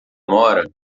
mora